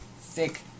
thick